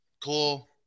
cool